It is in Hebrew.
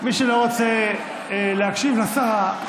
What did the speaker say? מי שלא רוצה להקשיב לשרה,